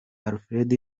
alfred